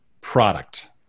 product